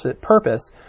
purpose